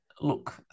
look